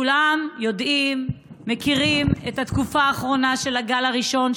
כולם יודעים ומכירים את התקופה האחרונה של הגל הראשון,